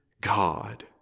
God